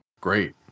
Great